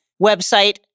website